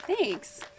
thanks